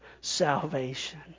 salvation